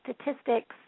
statistics